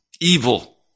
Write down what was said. evil